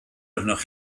arnoch